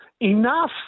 Enough